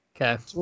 Okay